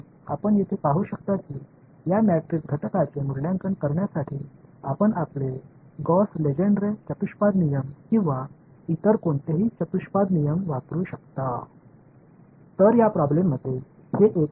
இங்கே நீங்கள் பார்க்கும் இந்த வெளிப்பாடு மேட்ரிக்ஸ் உறுப்பை மதிப்பிடுவதற்கு உங்கள் காஸ் லெஜெண்ட்ரே குவாட்ரேச்சர் விதிகள் அல்லது வேறு எந்த குவாட்ரேச்சர் விதிகளையும் நீங்கள் பயன்படுத்தலாம்